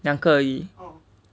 两个而已